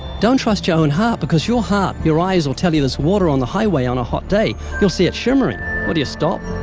don't trust your own heart, because your heart your eyes will tell you there's water on the highway on a hot day. you'll see it shimmering. well, do you stop?